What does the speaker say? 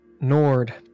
Nord